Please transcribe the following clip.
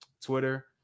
Twitter